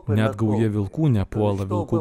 ne gauja vilkų nepuola vilkų